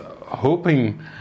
hoping